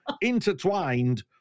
intertwined